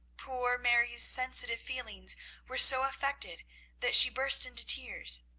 poor mary's sensitive feelings were so affected that she burst into tears,